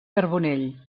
carbonell